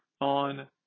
on